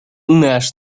наш